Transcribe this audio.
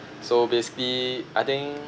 so basically I think